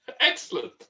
Excellent